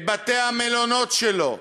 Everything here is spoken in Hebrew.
את בתי-המלון שלו,